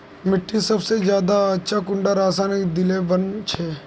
मिट्टी सबसे ज्यादा अच्छा कुंडा रासायनिक दिले बन छै?